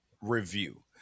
review